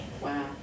Wow